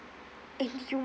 and you